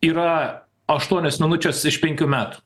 yra aštuonios minutčios iš penkių metų